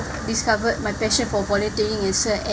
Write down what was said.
discovered my passion for volunteering as well and